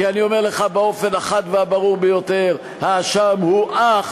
כי אני אומר לך באופן החד והברור ביותר: האשם הוא אך